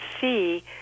see